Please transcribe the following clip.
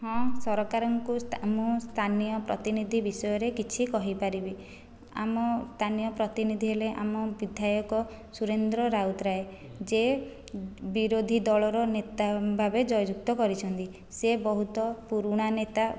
ହଁ ସରକାରଙ୍କୁ ମୁଁ ସ୍ଥାନୀୟ ପ୍ରତିନିଧି ବିଷୟରେ କିଛି କହି ପାରିବି ଆମ ସ୍ଥାନୀୟ ପ୍ରତିନିଧି ହେଲେ ଆମ ବିଧାୟକ ସୁରେନ୍ଦ୍ର ରାଉତରାୟ ଯେ ବିରୋଧୀ ଦଳର ନେତା ଭାବେ ଜୟ ଯୁକ୍ତ କରିଛନ୍ତି ସେ ବହୁତ ପୁରୁଣା ନେତା